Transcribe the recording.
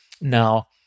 Now